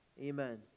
Amen